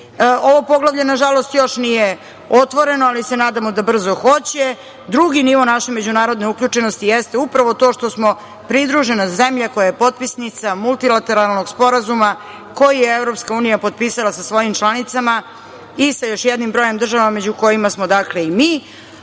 Ovo poglavlje nažalost još nije otvoreno, ali se nadamo da brzo hoće. Drugi nivo naše međunarodne uključenosti jeste upravo to što smo pridružena zemlja koja je potpisnica Multilateralnog sporazuma koji je EU potpisala sa svojim članicama i sa još jednim brojem država, među kojima smo dakle i mi.